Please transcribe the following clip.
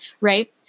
right